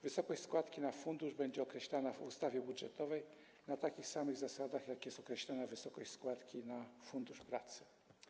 Wysokość składki na fundusz będzie określana w ustawie budżetowej na takich samych zasadach, jak jest określana wysokość składki na Fundusz Pracy.